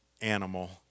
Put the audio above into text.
animal